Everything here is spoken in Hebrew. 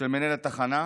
בפני מנהל התחנה.